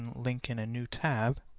link in a new tab.